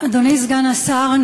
אדוני סגן השר,